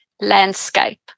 landscape